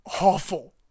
awful